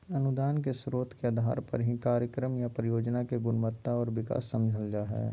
अनुदान के स्रोत के आधार पर ही कार्यक्रम या परियोजना के गुणवत्ता आर विकास समझल जा हय